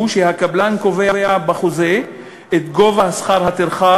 הוא שהקבלן קובע בחוזה את גובה שכר הטרחה